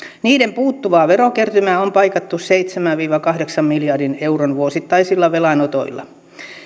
niiden puuttuvaa verokertymää on paikattu seitsemän viiva kahdeksan miljardin euron vuosittaisilla velanotoilla